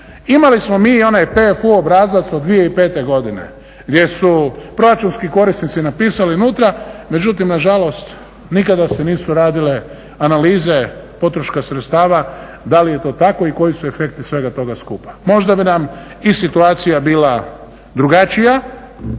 imali smo mi i onaj PFU obrazac od 2005. godine gdje su proračunski korisnici napisali unutra međutim nažalost nikada se nisu radile analize potroška sredstava da li je to tako i koji su efekti sve toga skupa. Možda bi nam i situacija bila drugačija.